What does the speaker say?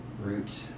Root